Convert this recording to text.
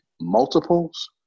multiples